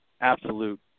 absolute